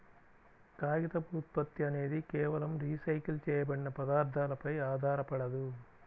కాగితపు ఉత్పత్తి అనేది కేవలం రీసైకిల్ చేయబడిన పదార్థాలపై ఆధారపడదు